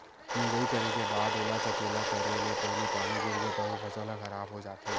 मिजई करे के बाद ओला सकेला करे ले पहिली पानी गिरगे तभो फसल ह खराब हो जाथे